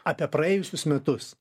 apie praėjusius metus